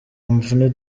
mvune